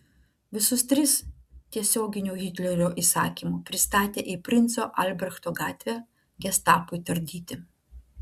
visus tris tiesioginiu hitlerio įsakymu pristatė į princo albrechto gatvę gestapui tardyti